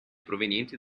provenienti